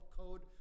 code